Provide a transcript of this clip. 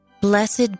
Blessed